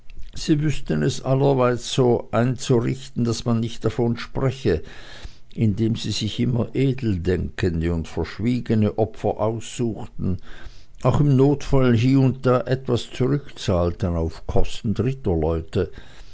sie wüßten es allerwärts so einzurichten daß man nicht davon spreche indem sie sich immer edeldenkende und verschwiegene opfer aussuchten auch im notfall hie und da etwas zurückzahlten auf kosten dritter leute